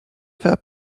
fair